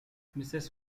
mrs